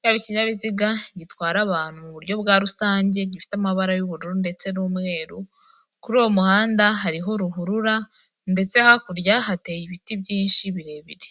yaba ikinyabiziga gitwara abantu mu buryo bwa rusange gifite amaba y'ubururu ndetse n'umweru, kuri uwo muhanda hariho ruhurura ndetse hakurya hateye ibiti byinshi birebire.